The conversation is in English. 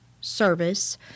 service